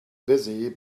busy